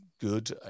good